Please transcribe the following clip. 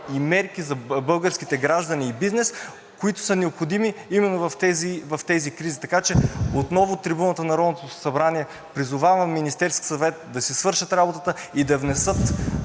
и мерки за българските граждани и бизнес, които са необходими именно в тези кризи. Така че отново от трибуната на Народното събрание призовавам Министерският съвет да си свършат работата и да внесат